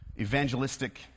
evangelistic